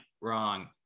wrong